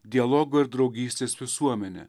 dialogo ir draugystės visuomenę